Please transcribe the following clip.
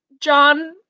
John